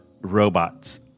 Robots